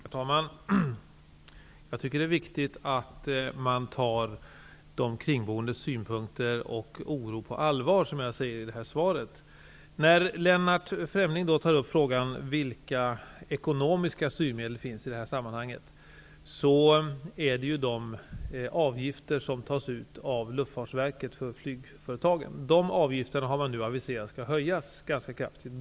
Herr talman! Jag tycker att det är viktigt att man tar de kringboendes synpunkter och oro på allvar, som jag säger i mitt svar. Lennart Fremling tar upp frågan vilka ekonomiska styrmedel som finns i detta sammanhang. Det är de avgifter som tas ut av Luftfartsverket från flygföretagen. Man har nu aviserat att de avgifterna skall höjas ganska kraftigt.